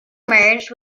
merged